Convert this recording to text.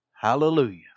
Hallelujah